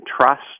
trust